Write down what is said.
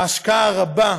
ההשקעה הרבה,